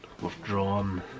withdrawn